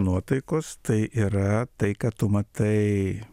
nuotaikos tai yra tai ką tu matai